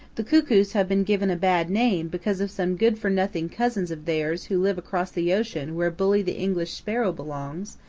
the cuckoos have been given a bad name because of some good-for-nothing cousins of theirs who live across the ocean where bully the english sparrow belongs,